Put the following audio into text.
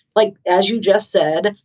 like, as you just said,